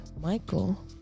Michael